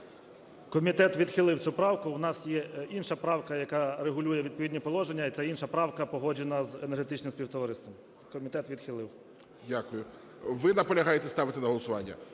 Комітет відхилив цю правку. В нас є інша правка, яка регулює відповідні положення, і ця інша правка погоджена з Енергетичним Співтовариством. Комітет відхилив. ГОЛОВУЮЧИЙ. Дякую. Ви наполягаєте ставити на голосування?